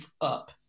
up